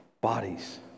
bodies